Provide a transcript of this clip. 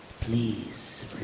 please